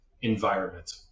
environment